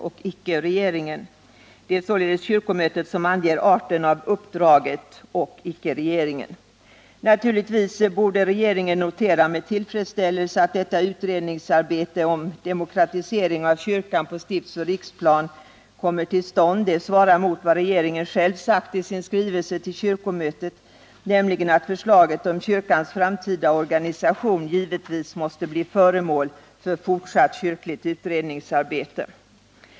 Det är således kyrkomötet som anger arten av uppdraget och inte regeringen. Naturligtvis borde regeringen med tillfredsställelse notera att detta utredningsarbete om en demokratisering av kyrkan på stiftsoch riksplan kommer till stånd. Det svarar mot vad regeringen själv har sagt i sin skrivelse till kyrkomötet, nämligen att förslaget om kyrkans framtida organisation ”givetvis” måste bli föremål för ”fortsatt kyrkligt utredningsarbete”.